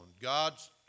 God's